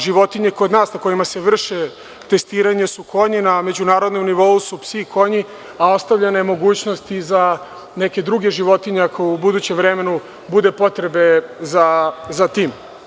Životinje kod nas na kojima se vrše testiranja su konji, na međunarodnom nivou su psi i konji, a ostavljena je mogućnost i za neke druge životinje ako u budućem vremenu bude potrebe za tim.